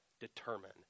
determine